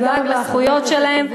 נדאג לזכויות שלהם.